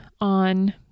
on